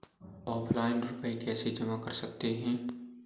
Offline रुपये कैसे जमा कर सकते हैं?